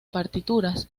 partituras